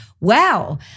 wow